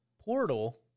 portal